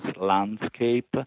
landscape